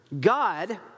God